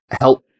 help